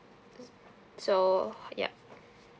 so yup